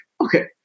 Okay